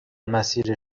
مسیر